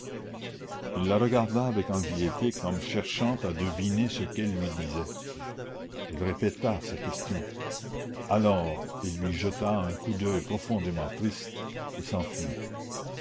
il la regarda avec anxiété comme cherchant à deviner ce qu'elle lui disait elle répéta sa question alors il lui jeta un coup d'oeil profondément triste et s'enfuit